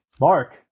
Mark